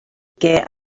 get